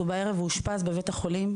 ובערב הוא אושפז בבית החולים.